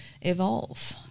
evolve